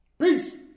Peace